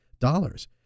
dollars